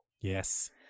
Yes